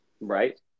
Right